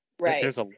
Right